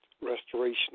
restoration